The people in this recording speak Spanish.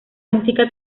música